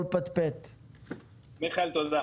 ראשית